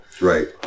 Right